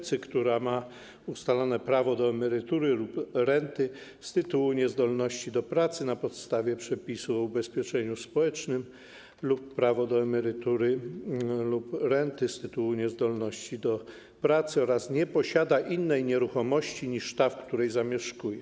Chodzi o osobę, która ma ustalone prawo do emerytury lub renty z tytułu niezdolności do pracy na podstawie przepisów o ubezpieczeniu społecznym lub prawo do emerytury lub renty z tytułu niezdolności do pracy oraz nie posiada innej nieruchomości niż ta, w której zamieszkuje.